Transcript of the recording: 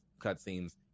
cutscenes